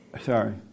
Sorry